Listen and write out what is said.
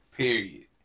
period